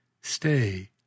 Stay